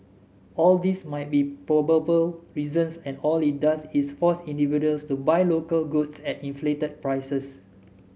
all these might be probable reasons and all it does is force individuals to buy local goods at inflated prices